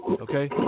Okay